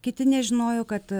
kiti nežinojo kad